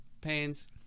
Pains